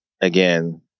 again